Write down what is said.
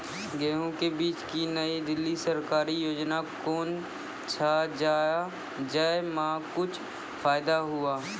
गेहूँ के बीज की नई दिल्ली सरकारी योजना कोन छ जय मां कुछ फायदा हुआ?